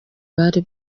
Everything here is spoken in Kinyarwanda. bari